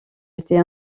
été